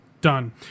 Done